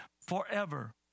forever